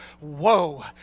woe